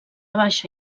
baixa